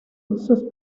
sus